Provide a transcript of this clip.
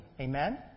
Amen